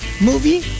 movie